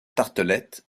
tartelett